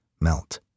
melt